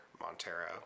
montero